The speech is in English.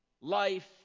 Life